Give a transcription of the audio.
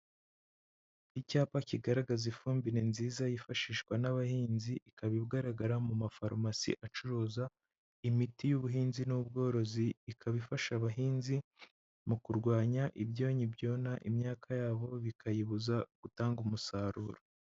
Icyapa kigaragaza ifumbire nziza yifashishwa n'abahinzi ikaba igaragara mu mafarumasi acuruza imiti y'ubuhinzi n'ubworozi ikaba ifasha abahinzi mu kurwanya ibyonnyi byona imyaka yabo bikayibuza gutanga umusaruro.